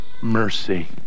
Mercy